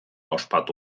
ospatu